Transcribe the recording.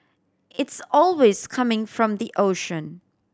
it's always coming from the ocean